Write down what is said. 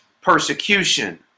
persecution